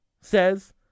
says